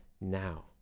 now